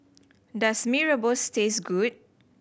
does Mee Rebus taste good